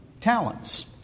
talents